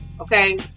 okay